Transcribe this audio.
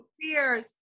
Cheers